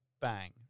bang